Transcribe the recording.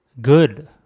good